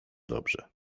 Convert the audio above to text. dobrze